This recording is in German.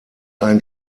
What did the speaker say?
ein